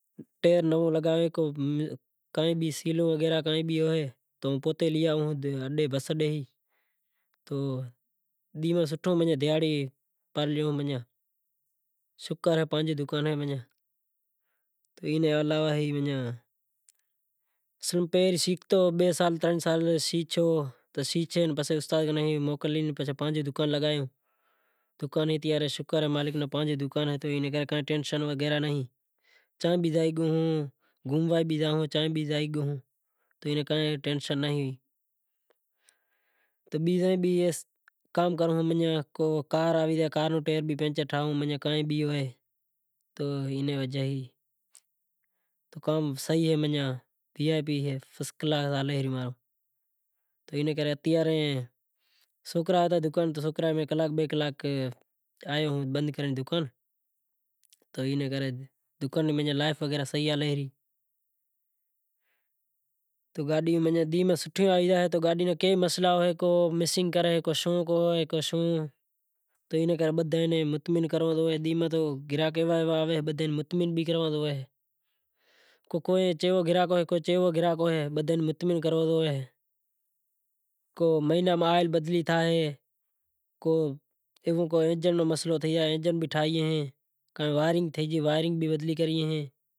ٹیئر نو لگایو تو لی آئوں بس اڈے تو سوٹھو منیں دہاڑی لاگی زائے، شکر اہے پانجو دکان اے منجاں، اینی علاوہ پہریں ہوں شیکھتو بئے ترن سال شیکھے پسے استاد نیں موکل لی پسے پانجو دکان لگایو شکر اے مالک نو کہ پانجو دکان اے تو کائیں ٹینشن وغیرہ نائیں، چاں بھی جائیں تو گھوموا بھی زائوں تو چاں بھی ٹینشن نہیں۔ تو بیزا بھی کام کروں، کار آوی زائے تو کار نو بھی ٹیر ٹھائوں ایم وجہ کہ کام صحیح اہے وی آئی پی اہے فرسٹ کلاس ہلے ریو تو سوکرا ہتا دکان ماتھے کلاک بئے کلاک آیو تو دکان نی لائیف وغیرہ ٹھیک ہلے ری، گاڈیوں منجاں سوٹھیوں آوی زائیں تو گاڈی نا کے مسئلہ ہوئیں کریں کو شوں ہوئے کو شوں ہوئے تو بدہاں نیں مطعمن کرنوو پڑے گراہک ایوا ایوا آویں کہ بدہاں نوں مطعمن کرننوو پڑے کو چیوو گراہک ہوئے کو چیوو گراہک ہوئے بدہاں نوں مطعمن کرنووں کو مہینے ماں آئل تبدیل کراوے تو کوئی انجنڑ نو مسئلو تھے زائے انجنڑ بھی ٹھائیے